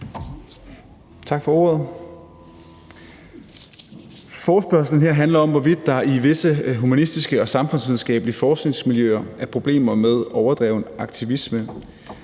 Tak for ordet. Forespørgslen her handler om, hvorvidt der i visse humanistiske og samfundsvidenskabelige forskningsmiljøer er problemer med overdreven aktivisme.